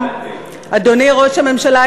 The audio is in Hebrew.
אדוני ראש הממשלה,